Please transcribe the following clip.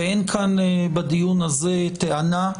ואין כאן בדיון הזה טענה,